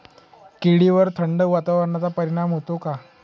केळीवर थंड वातावरणाचा परिणाम होतो का?